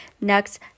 next